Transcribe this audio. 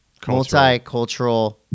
multicultural